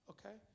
Okay